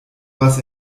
was